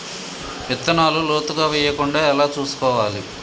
విత్తనాలు లోతుగా వెయ్యకుండా ఎలా చూసుకోవాలి?